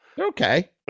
Okay